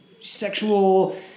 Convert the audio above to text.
sexual –